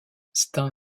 stein